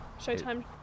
showtime